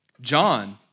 John